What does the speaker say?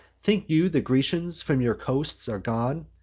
think you the grecians from your coasts are gone?